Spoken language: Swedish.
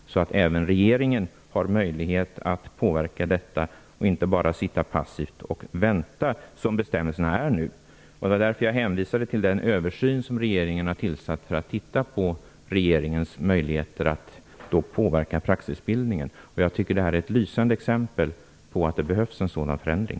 Även regeringen måste ju ha möjlighet att påverka detta, inte bara sitta passivt och vänta - som bestämmelserna är nu. Jag hänvisade därför till den översyn som regeringen har fattat beslut om för att se över regeringens möjligheter att påverka praxisbildningen. Det som här påvisats är ett lysande exempel på att det behövs en sådan förändring.